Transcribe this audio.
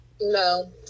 No